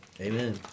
Amen